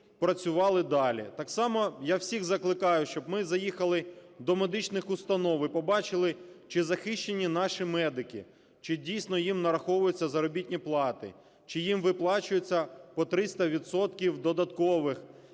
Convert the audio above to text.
працювали далі. Так само я всіх закликаю, щоб ми заїхали до медичних установ і побачили чи захищені наші медики, чи дійсно їм нараховуються заробітні плати, чи їм виплачуються по 300 відсотків